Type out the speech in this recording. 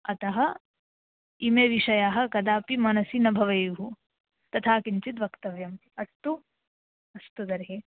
अतः इमे विषयाः कदापि मनसि न भवेयुः तथा किञ्चित् वक्तव्यम् अस्तु अस्तु तर्हि